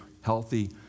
healthy